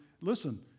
listen